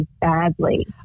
badly